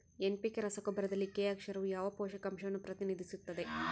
NPK ರಸಗೊಬ್ಬರದಲ್ಲಿ K ಅಕ್ಷರವು ಯಾವ ಪೋಷಕಾಂಶವನ್ನು ಪ್ರತಿನಿಧಿಸುತ್ತದೆ?